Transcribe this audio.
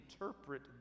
interpret